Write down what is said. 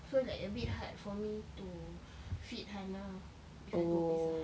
so like a bit hard for me to feed hannah if I go pizza hut